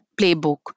playbook